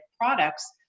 products